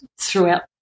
throughout